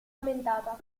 aumentata